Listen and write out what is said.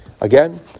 again